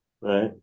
Right